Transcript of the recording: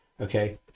Okay